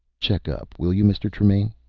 check up, will you, mr. tremaine?